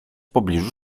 pobliżu